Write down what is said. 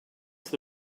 into